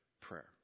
prayer